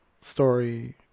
story